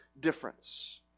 difference